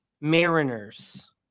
Mariners